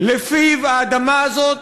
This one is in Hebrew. ולפיו האדמה הזאת,